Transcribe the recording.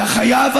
אתה חייב,